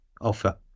offer